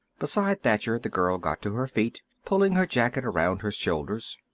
beside thacher the girl got to her feet, pulling her jacket around her shoulders.